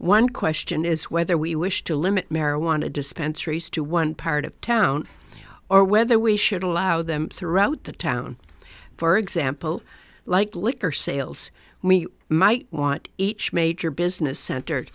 one question is whether we wish to limit marijuana dispensaries to one part of town or whether we should allow them throughout the town for example like liquor sales we might want each major business center